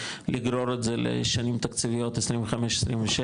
לגרור את זה לשנים תקציביות 25-26,